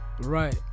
Right